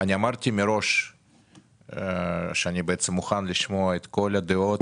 אמרתי שאני מוכן לשמוע את כל הדעות